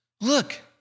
Look